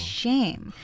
shame